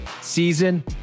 season